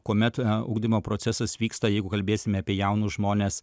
kuomet ugdymo procesas vyksta jeigu kalbėsime apie jaunus žmones